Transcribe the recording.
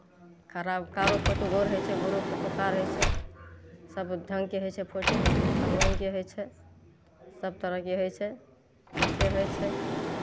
खराब कारो फोटो गोर होइ छै गोरो फोटो कार होइ छै सभ ढङ्गके होइ छै फोटो सभ रङ्गके होइ छै सभ तरहके होइ छै से होइ छै